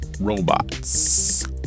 robots